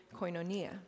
koinonia